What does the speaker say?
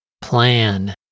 Plan